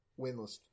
winless